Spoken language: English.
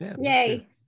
Yay